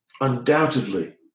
undoubtedly